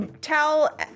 Tell